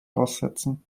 aussetzen